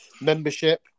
membership